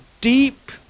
deep